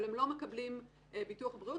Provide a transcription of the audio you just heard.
אבל הם לא מקבלים ביטוח בריאות.